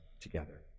together